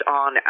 on